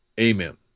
amen